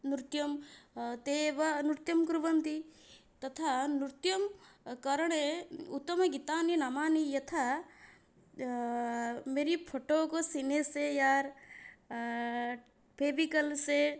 नृत्यं ते एव नृत्यं कुर्वन्ति तथा नृत्यं करणे उत्तमगीतानि नमानि यथा मेरि फोटो को सिनेसे यार् फेविकल् से